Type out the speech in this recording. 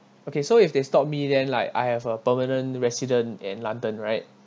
okay so if they stop me then like I have a permanent resident in london right